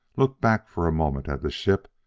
looked back for a moment at the ship,